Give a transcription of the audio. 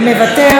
מוותר,